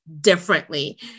differently